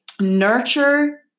nurture